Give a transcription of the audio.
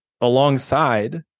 alongside